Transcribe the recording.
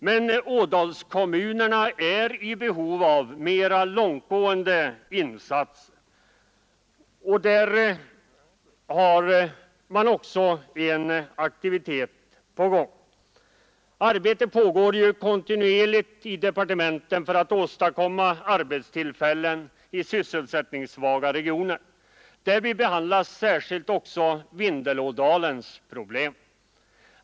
Men ådalskommunerna är i behov av mer långtgående insatser, och där har man också aktivitet på gång. Arbete pågår kontinuerligt i departementen för att åstadkomma arbetstillfällen i sysselsättningssvaga regioner. Därvid behandlas särskilt också Vindelådalens problem.